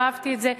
לא אהבתי את זה.